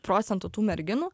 procentų tų merginų